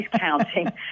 counting